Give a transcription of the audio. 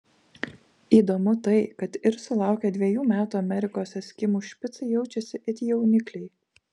įdomu tai kad ir sulaukę dviejų metų amerikos eskimų špicai jaučiasi it jaunikliai